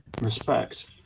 respect